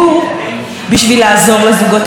בשביל לעזור לזוגות הצעירים,